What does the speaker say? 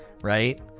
Right